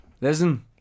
Listen